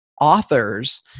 authors